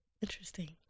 Interesting